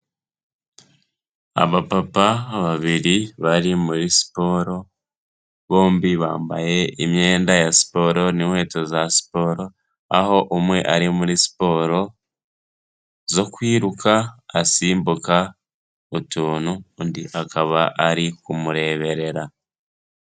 Abapapa babiri bari muri siporo, bombi bambaye imyenda ya siporo n'inkweto za siporo, aho umwe ari muri siporo zo kwiruka asimbuka utuntu, undi akaba ari kumureberera.